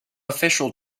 official